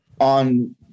on